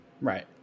Right